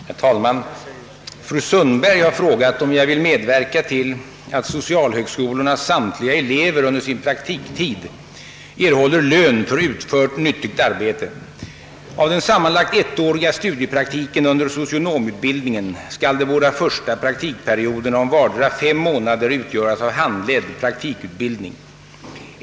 Herr talman! Fru Sundberg har frågat, om jag vill medverka till att socialhögskolornas samtliga elever under sin praktiktid erhåller lön för utfört nyttigt arbete. Av den sammanlagt ettåriga studiepraktiken under socionomutbildningen skall de båda första praktikperioderna om vardera fem månader utgöras av handledd praktikutbildning.